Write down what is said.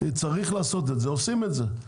צריך לעשות את זה עושים את זה,